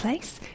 place